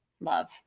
love